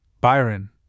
Byron